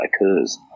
occurs